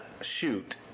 shoot